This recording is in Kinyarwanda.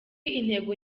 intego